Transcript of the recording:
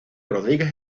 rodríguez